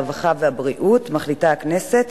הרווחה והבריאות מחליטה הכנסת,